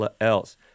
else